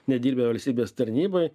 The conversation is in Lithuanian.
nedirbę valstybės tarnybai